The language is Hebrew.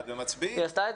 אתם מצביעים